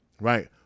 Right